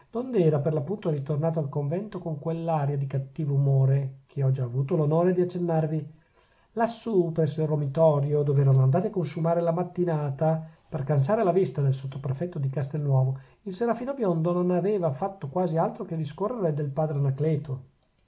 alle querci dond'era per l'appunto ritornato al convento con quell'aria di cattivo umore che ho già avuto l'onore di accennarvi lassù presso il romitorio dov'erano andati a consumare la mattinata per cansare la vista del sottoprefetto di castelnuovo il serafino biondo non aveva fatto quasi altro che discorrere del padre anacleto